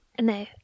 no